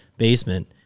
basement